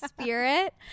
spirit